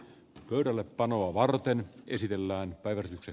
tuirelle panoa varten esitellään päiväksi